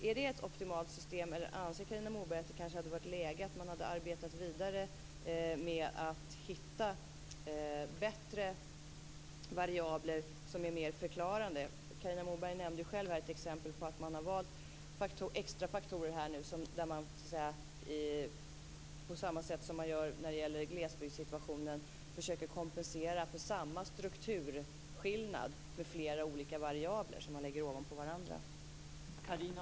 Är det ett optimalt system, eller anser Carina Moberg att det kanske hade varit läge att arbeta vidare med att hitta bättre variabler som är mer förklarande? Carina Moberg nämnde själv ett exempel där man har valt extra faktorer där man, på samma sätt som när det gäller glesbygdssituationen, försöker kompensera för samma strukturskillnad med flera olika variabler som man lägger ovanpå varandra.